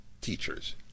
teachers